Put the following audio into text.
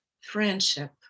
friendship